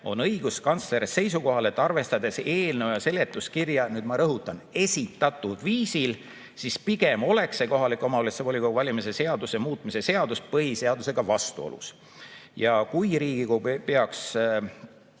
on õiguskantsler seisukohal, et arvestades eelnõu ja seletuskirja – nüüd ma rõhutan: esitatud viisil –, siis pigem on kohaliku omavalitsuse volikogu valimise seaduse muutmise seadus põhiseadusega vastuolus. Ja kui Riigikogu peaks